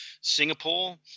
singapore